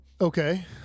Okay